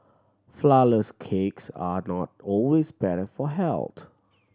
flourless cakes are not always better for health